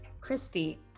Christy